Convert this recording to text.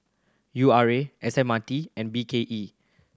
U R A S M R T and B K E